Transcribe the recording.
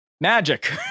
magic